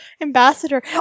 ambassador